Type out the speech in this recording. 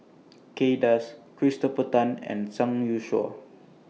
Kay Das Christopher Tan and Zhang Youshuo